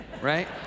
right